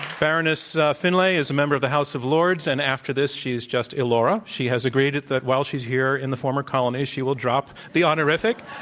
baroness finlay is a member of the house of lords, and after this she is just ilora. she has agreed that while she's here in the former colonies she will drop the honorific.